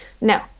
No